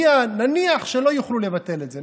נניח שלא יוכלו לבטל את זה,